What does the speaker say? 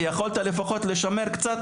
יכולת לפחות לשמר קצת